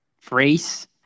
phrase